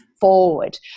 forward